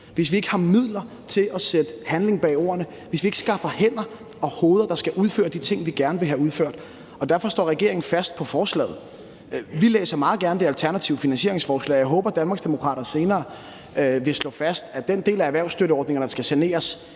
hvis vi ikke har midler til at sætte handling bag ordene, og hvis vi ikke skaffer hænder og hoveder, der skal udføre de ting, vi gerne vil have udført, og derfor står regeringen fast på forslaget. Vi læser meget gerne det alternative finansieringsforslag og håber, Danmarksdemokraterne senere vil slå fast, at den del af erhvervsstøtteordningerne, der skal saneres,